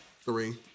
three